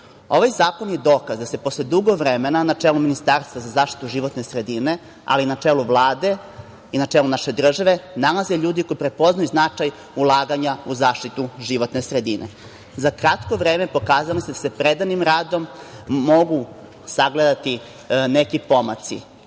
zakon je dokaz da se posle dugo vremena na čelu Ministarstva za zaštitu životne sredine, ali i na čelu Vlade i na čelu naše države, nalaze ljudi koji prepoznaju značaj ulaganja u zaštitu životne sredine. Za kratko vreme pokazali su da se predanim radom mogu sagledati neki pomaci.